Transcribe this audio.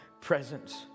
presence